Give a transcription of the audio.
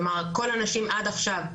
כלומר כל הנשים עד עכשיו,